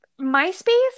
MySpace